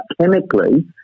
chemically